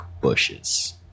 bushes